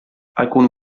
alcuni